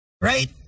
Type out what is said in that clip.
Right